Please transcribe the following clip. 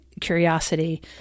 curiosity